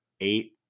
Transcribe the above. eight